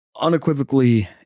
unequivocally